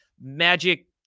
magic